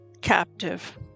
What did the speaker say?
captive